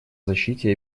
защите